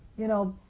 you know,